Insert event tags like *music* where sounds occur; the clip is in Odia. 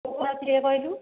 *unintelligible* ଟିକିଏ କହିଲୁ